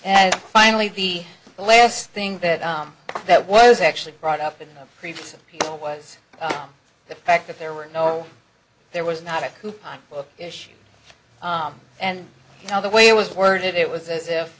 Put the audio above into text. and finally be the last thing that i that was actually brought up in the previous of people was the fact that there were no there was not a coupon book issued and now the way it was worded it was as if